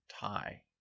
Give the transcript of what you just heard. tie